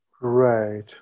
Right